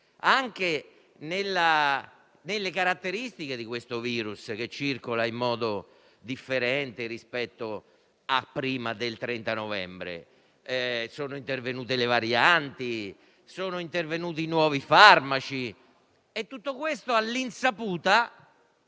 anche nelle caratteristiche del virus che circola in modo differente rispetto a prima del 30 novembre. Sono intervenute le varianti, sono intervenuti nuovi farmaci e tutto questo all'insaputa